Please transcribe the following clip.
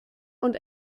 und